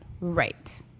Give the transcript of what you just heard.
Right